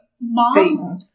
mom